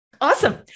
Awesome